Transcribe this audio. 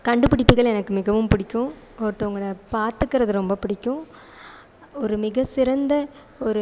கண்டுபிடிப்புகள் எனக்கு மிகவும் பிடிக்கும் ஒருத்தவங்களை பார்த்துக்குறது ரொம்ப பிடிக்கும் ஒரு மிக சிறந்த ஒரு